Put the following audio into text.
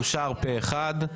אושרה פה אחד.